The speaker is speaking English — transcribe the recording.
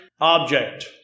object